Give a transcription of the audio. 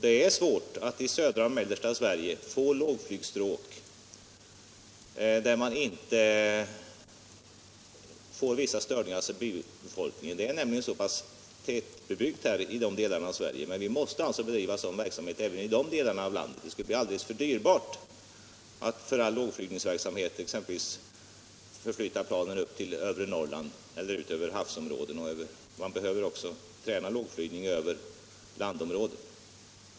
Det är svårt att i södra och mellersta Sverige finna lågflygstråk där det inte uppstår vissa störningar för befolkningen. Dessa delar av Sverige är tätbebyggda, men vi måste bedriva sådan här verksamhet även i de delarna av landet. Det skulle bli alldeles för dyrbart att för all lågflygverksamhet förflytta planen upp till övre Norrland, och inte heller kan man bedriva all denna övning över havsområden, eftersom man behöver öva lågflygning även över landområden.